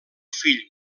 fill